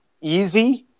easy